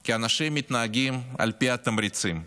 כי אנשים מתנהגים על פי תמריצים.